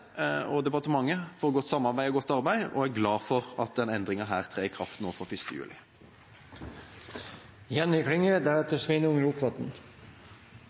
og departementet for godt samarbeid og godt arbeid, og jeg er glad for at denne endringa trer i kraft nå fra 1. juli. Da Stortinget debatterte dette temaet for